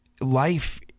life